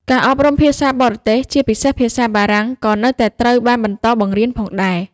ការអប់រំភាសាបរទេស ជាពិសេសភាសាបារាំង ក៏នៅតែត្រូវបានបន្តបង្រៀនផងដែរ។